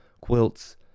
quilts